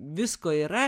visko yra